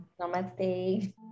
Namaste